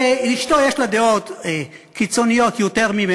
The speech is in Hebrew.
ואשתו יש לה דעות קיצוניות יותר משלו.